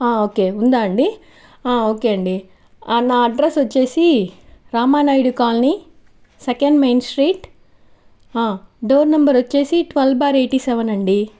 okay ఉందా అండి ఆ ఓకే అండీ ఆ నా అడ్రస్ వచ్చేసి Ramanaidu colony second main street door number వచ్చేసి ట్వల్వ్ బార్ ఎయిటి సెవన్ ఆండీ